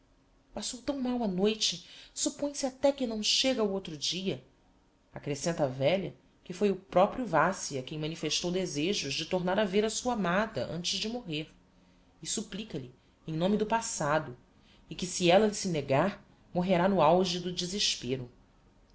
passou tão mal a noite suppõe se até que não chega ao outro dia accrescenta a velha que foi o proprio vassia quem manifestou desejos de tornar a ver a sua amada antes de morrer e supplica lhe em nome do passado e que se ella se negar morrerá no auge do desespero